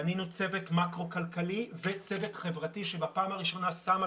בנינו צוות מקרו כלכלי וצוות חברתי שבפעם הראשונה שם על